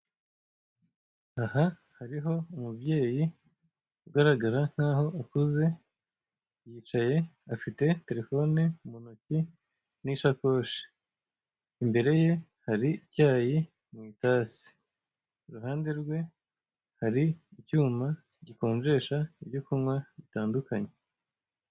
Aha hariho umubyeyi ugaragara nk'aho akuze yicaye afite terefone mu ntoki n'isakoshi, imbereye hari icyayi mu itasi, iruhande rwe hari icyuma gikonjesha ibyo kunywa bitandukanye.